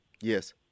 Yes